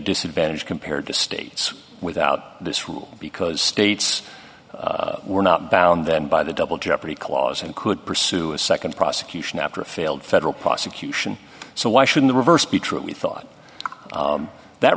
disadvantage compared to states without this rule because states were not bound by the double jeopardy clause and could pursue a second prosecution after a failed federal prosecution so why should the reverse be true we thought that